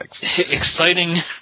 exciting